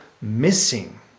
missing